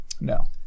No